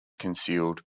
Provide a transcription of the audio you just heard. concealed